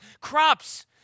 crops